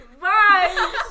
Bye